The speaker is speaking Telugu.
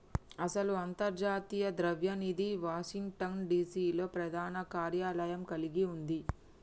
అసలు అంతర్జాతీయ ద్రవ్య నిధి వాషింగ్టన్ డిసి లో ప్రధాన కార్యాలయం కలిగి ఉంది